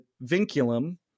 Vinculum